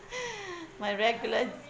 my regular